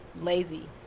lazy